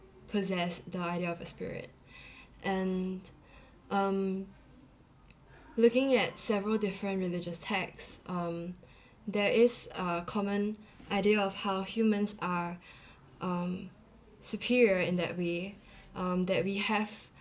possess the idea of a spirit and um looking at several different religious texts um there is a common idea of how humans are um superior in that way um that we have